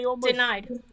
denied